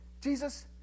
Jesus